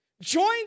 Join